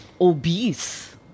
obese